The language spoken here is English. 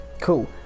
cool